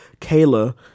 Kayla